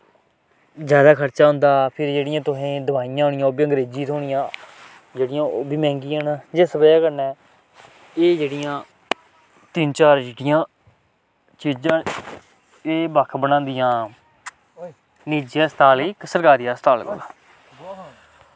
जैदा खर्चा होंदा फिर जेह्ड़ियां तुसेंगी दवाइयां होनियां ओह् बी अंग्रेजी थ्होनियां जेह्ड़ियां ओह् बी मैंह्गियां न जिस वजह् कन्नै एह् जेह्ड़ियां तिन्न चार जेह्कियां चीजां न एह् बक्ख बनांदियां निजी हस्पताल गी इक सरकारी हस्पताल कोला